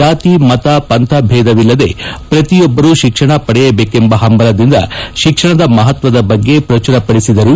ಜಾತಿ ಮತ ಪಂಥ ಭೇದವಿಲ್ಲದೆ ಪ್ರತಿಯೊಬ್ಬರು ಶಿಕ್ಷಣ ಪಡೆಯಬೇಕೆಂಬ ಹಂಬಲದಿಂದ ಶಿಕ್ಷಣದ ಮಹತ್ವದ ಬಗ್ಗೆ ಪ್ರಚುರಪಡಿಸಿದರು